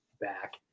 back